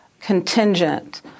contingent